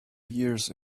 years